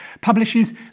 publishes